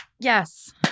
Yes